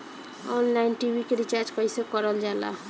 Online TV के recharge कईसे करल जाला?